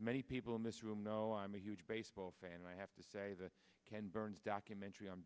many people in this room know i'm a huge baseball fan i have to say that ken burns documentary on